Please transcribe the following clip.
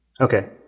Okay